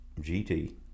GT